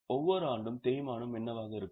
ஒவ்வொரு ஆண்டும் தேய்மானம் என்னவாக இருக்கும்